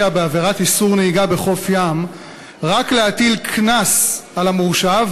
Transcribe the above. בעבירת איסור נהיגה בחוף הים רק להטיל קנס על המורשע,